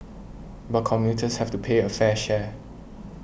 but commuters have to pay a fair share